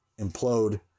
implode